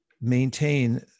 maintain